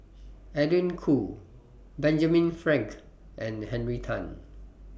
Edwin Koo Benjamin Frank and Henry Tan